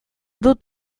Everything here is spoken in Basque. dut